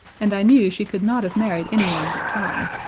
and i knew she could not have married anyone but tom,